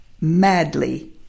madly